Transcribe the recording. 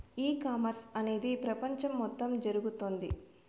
e commerce అనేది ప్రపంచం మొత్తం జరుగుతోంది